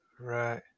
Right